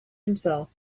himself